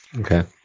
Okay